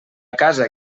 casa